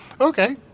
Okay